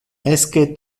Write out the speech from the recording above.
esque